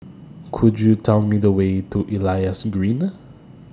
Could YOU Tell Me The Way to Elias Green